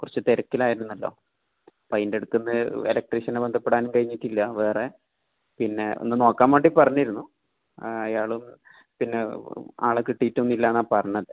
കുറച്ചുതിരക്കിലായിരുന്നല്ലോ അപ്പോൾ അതിന്റിടക്കുനിന്ന് ഇലക്ട്രീഷനെ ബന്ധപ്പെടാനും കഴിഞ്ഞിട്ടില്ല വേറെ പിന്നെ ഒന്ന് നോക്കാൻവേണ്ടി പറഞ്ഞിരുന്നു അയാൾ പിന്നെ ആളെ കിട്ടിയിട്ടൊന്നും ഇല്ലെന്നാണ് പറഞ്ഞത്